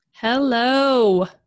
Hello